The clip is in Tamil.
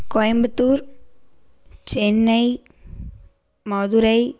கோயம்புத்தூர் சென்னை மதுரை